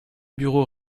bureaux